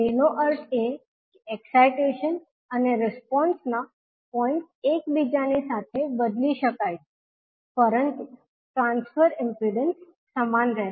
તેનો અર્થ એ કે એક્સાઈટેશન અને રિસ્પોન્સ ના પોઇન્ટ્સ એકબીજાની સાથે બદલી શકાય છે પરંતુ ટ્રાન્સફર ઇમ્પિડન્સ સમાન રહેશે